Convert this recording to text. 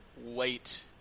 Wait